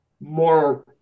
more